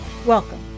Welcome